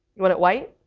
you want it white?